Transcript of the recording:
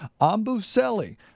Ambuselli